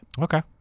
Okay